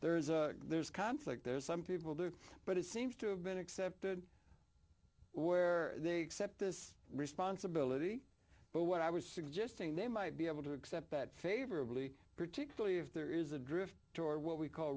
there's a there's conflict there's some people do but it seems to have been accepted where they set this responsibility but what i was suggesting they might be able to accept that favorably particularly if there is a drift toward what we call